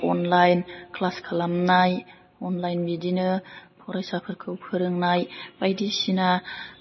online class खालामनाय online बिदिनो फरायसाफोरखौ फोरोंनाय बायदिसिना